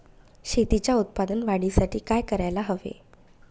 शेतीच्या उत्पादन वाढीसाठी काय करायला हवे?